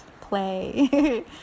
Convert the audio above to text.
Play